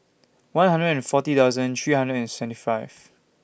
one hundred and forty thousand three hundred and seventy five